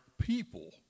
people